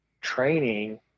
training